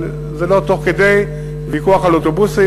אבל זה לא תוך כדי ויכוח על אוטובוסים.